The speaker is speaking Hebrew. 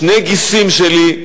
שני גיסים שלי,